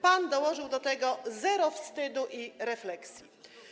Pan dołożył do tego zero wstydu i refleksji.